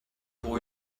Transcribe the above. pour